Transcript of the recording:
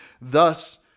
Thus